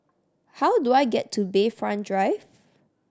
how do I get to Bayfront Drive